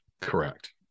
correct